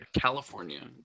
California